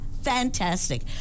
fantastic